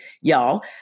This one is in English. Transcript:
y'all